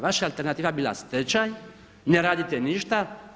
Vaša je alternativa bila stečaj, ne radite ništa.